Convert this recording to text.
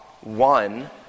one